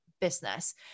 business